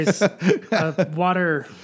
water